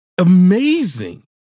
amazing